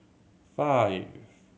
five